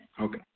Okay